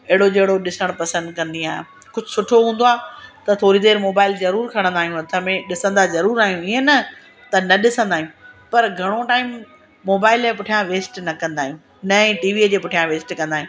अहिड़ो जहिड़ो ॾिसनि पसंदि कंदी आहियां कुझु सुठो हूंदो आहे त थोरी देरि मोबाइल ज़रूरु खणंदा आहियूं हथ में ॾिसंदा ज़रूरु आहियूं हीअं न त न ॾिसंदा आहियूं पर घणो टाइम मोबाइल जे पुठियां वेस्ट न कंदा आहियूं न ही टीवीअ जे पुठियां वेस्ट कंदा आहियूं